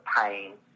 pain